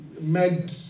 Med